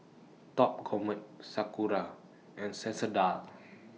Top Gourmet Sakura and Sensodyne